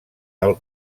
del